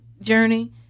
journey